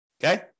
Okay